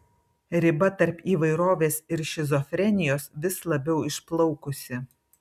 riba tarp įvairovės ir šizofrenijos vis labiau išplaukusi